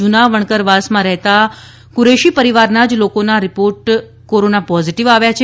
જુના વાણકરવાસમાં રહેતા કુરેશી પરિવારના જ લોકોનો રિપોર્ટ કોરોના પોઝિટિવ આવ્યો છે